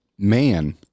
Man